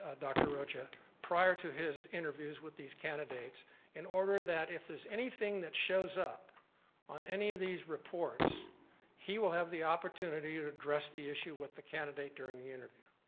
ah dr. rocha prior to his interviews with these candidates in order that if there's anything that shows up on any of these reports he will have the opportunity to address the issue with the candidate during the interview.